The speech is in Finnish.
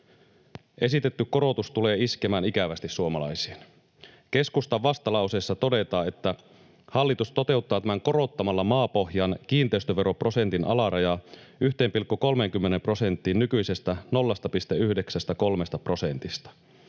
Esitetty korotus tulee iskemään ikävästi suomalaisiin. Keskustan vastalauseessa todetaan, että hallitus toteuttaa tämän korottamalla maapohjan kiinteistöveroprosentin alarajaa 1,30 prosenttiin nykyisestä 0,93 prosentista.